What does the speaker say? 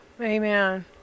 Amen